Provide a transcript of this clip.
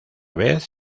vez